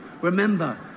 Remember